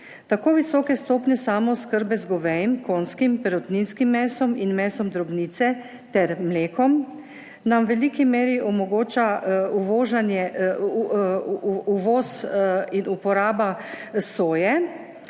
Tako visoke stopnje samooskrbe z govejim, konjskim, perutninskim mesom in mesom drobnice ter mlekom nam v veliki meri omogoča uvažanje, uvoz in uporaba soje,